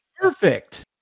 perfect